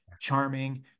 charming